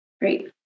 Great